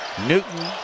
Newton